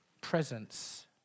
Presence